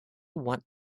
want